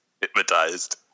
hypnotized